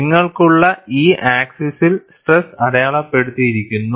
നിങ്ങൾക്കുള്ള ഈ ആക്സിസിൽ സ്ട്രെസ് അടയാളപ്പെടുത്തിയിരിക്കുന്നു